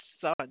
son